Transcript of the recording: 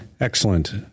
Excellent